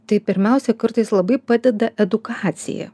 tai pirmiausia kartais labai padeda edukacija